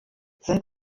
sind